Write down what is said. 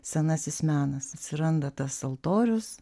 senasis menas atsiranda tas altorius